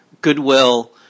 goodwill